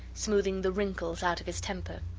smoothing the wrinkles out of his temper.